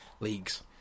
Leagues